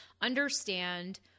understand